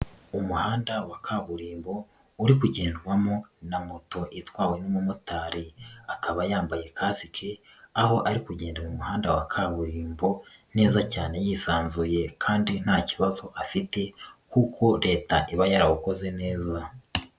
Umuhanda wa kaburimbo uri kugendwamo na moto itwawe n'umumotari, akaba yambaye kasike aho ari kugenda mu muhanda wa kaburimbo neza cyane yisanzuye kandi nta kibazo afite kuko Leta iba yawukoze neza.